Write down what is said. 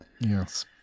Yes